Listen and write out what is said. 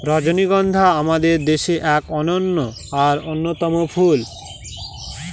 রজনীগন্ধা আমাদের দেশের এক অনন্য আর অন্যতম ফুল